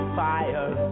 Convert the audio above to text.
fire